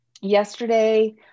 Yesterday